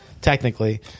technically